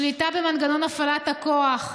שליטה במנגנון הפעלת הכוח,